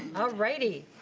alrighty.